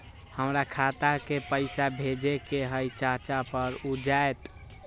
हमरा खाता के पईसा भेजेए के हई चाचा पर ऊ जाएत?